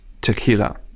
tequila